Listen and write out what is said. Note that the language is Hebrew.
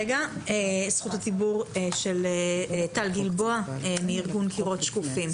זכות הדיבור של טל גלבוע מעמותת קירות שקופים.